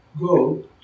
go